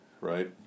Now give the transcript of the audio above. right